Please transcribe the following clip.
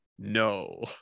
No